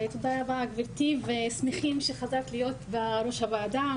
תודה רבה גבירתי ושמחים שחזרת להיות בראש הוועדה.